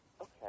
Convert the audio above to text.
Okay